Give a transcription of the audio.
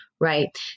right